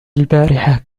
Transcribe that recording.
البارحة